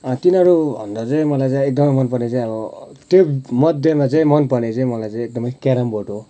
तिनाहरूभन्दा चाहिँ मलाई चाहिँ एकदमै मनपर्ने चाहिँ अब त्योमध्येमा चाहिँ मन पर्ने चाहिँ मलाई चाहिँ एकदमै क्यारम बोर्ड हो